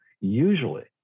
Usually